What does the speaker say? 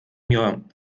mir